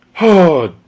oh,